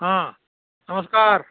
हां नमस्कार